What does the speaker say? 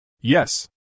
Yes